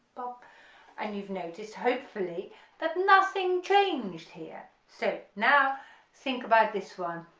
but and you've noticed hopefully that nothing changed here, so now think about this one